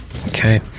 Okay